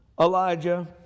Elijah